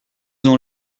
ont